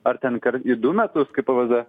ar ten kart į du metus kaip pvz